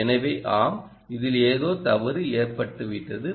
எனவே ஆமாம் இதில் ஏதோ தவறு ஏற்பட்டது